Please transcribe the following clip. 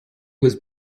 was